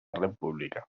república